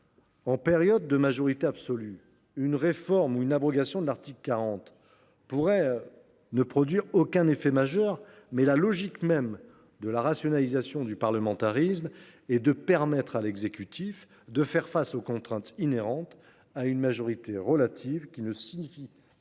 en période de majorité absolue, une réforme ou une abrogation de l’article 40 pourrait ne produire aucun effet majeur ; cependant, la logique même de la rationalisation du parlementarisme consiste à donner au pouvoir exécutif les moyens de faire face aux contraintes inhérentes à une majorité relative, qui ne signifie en